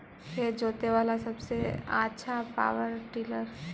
खेत जोते बाला सबसे आछा पॉवर टिलर?